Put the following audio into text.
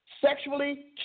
sexually